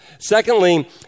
Secondly